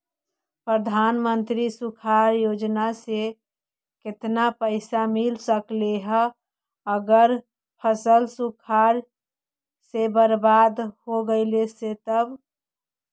प्रधानमंत्री सुखाड़ योजना से केतना पैसा मिल सकले हे अगर फसल सुखाड़ से बर्बाद हो गेले से तब?